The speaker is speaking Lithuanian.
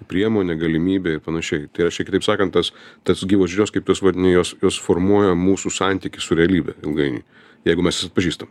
priemonė galimybė ir panašiai tai aš čia kitaip sakant tas tas gyvos žinios kaip tu jas vadini jos jos formuoja mūsų santykį su realybe ilgainiui jeigu mes jas atpažįstam